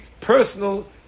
personal